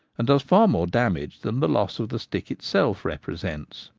and does far more damage than the loss of the stick itself represents.